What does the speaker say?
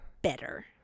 better